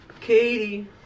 Katie